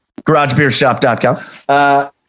GaragebeerShop.com